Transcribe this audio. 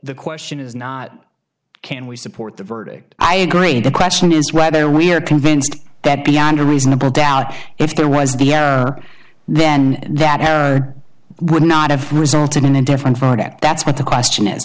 the question is not can we support the verdict i agree the question is whether we are convinced that beyond a reasonable doubt if there was the then that would not have resulted in a different product that's what the question is